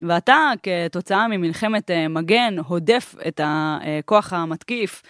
ואתה כתוצאה ממלחמת מגן הודף את הכוח המתקיף.